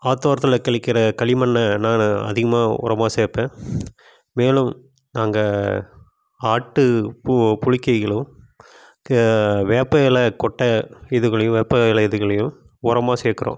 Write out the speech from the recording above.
ஆற்றோரத்துல கழிக்கின்ற களிமண்ணை நானும் அதிகமாக உரமா சேர்ப்பேன் மேலும் நாங்கள் ஆட்டு பு புழுக்கைகளும் கே வேப்பை இல கொட்ட இதுகளையும் வேப்பை இல இதுகலேயும் உரமா சேர்க்கிறோம்